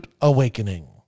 awakening